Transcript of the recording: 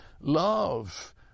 love